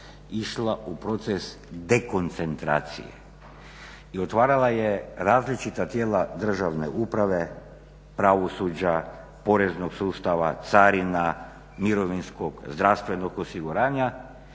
išla u proces dekoncentracije. I otvarala je različita tijela državne uprave, pravosuđa, poreznog sustava, carina, mirovinskog, zdravstvenog osiguranja